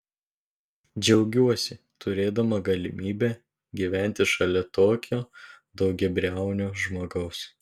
džiaugiuosi turėdama galimybę gyventi šalia tokio daugiabriaunio žmogaus